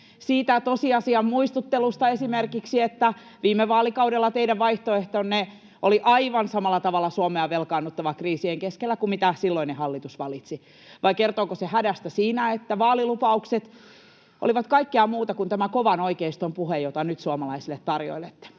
siitä tosiasian muistuttelusta esimerkiksi, että viime vaalikaudella teidän vaihtoehtonne oli aivan samalla tavalla Suomea velkaannuttava kriisien keskellä kuin mitä silloinen hallitus valitsi? Vai kertooko se hädästä siinä, että vaalilupaukset olivat kaikkea muuta kuin tämä kovan oikeiston puhe, jota nyt suomalaisille tarjoilette?